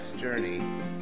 journey